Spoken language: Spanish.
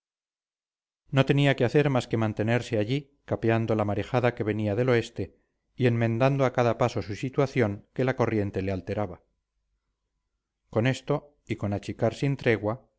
no tenía que hacer más que mantenerse allí capeando la marejada que venía del oeste y enmendando a cada paso su situación que la corriente le alteraba con esto y con achicar sin tregua